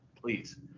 please